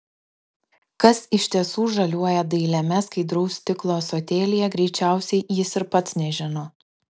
kas iš tiesų žaliuoja dailiame skaidraus stiklo ąsotėlyje greičiausiai jis ir pats nežino